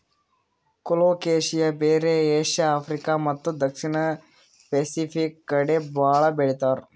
colocasia ಬೇರ್ Asia, Africa ಮತ್ತ್ ದಕ್ಷಿಣ್ ಸ್ಪೆಸಿಫಿಕ್ ಕಡಿ ಭಾಳ್ ಬೆಳಿತಾರ್